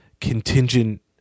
contingent